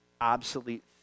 obsolete